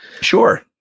sure